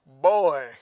Boy